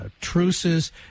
truces